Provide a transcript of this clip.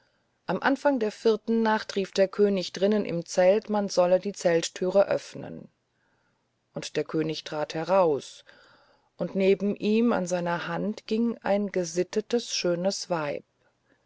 am anfang der vierten nacht rief der könig drinnen im zelt man solle die zelttüren öffnen und der könig trat heraus und neben ihm an seiner hand ging ein gesittetes schönes weib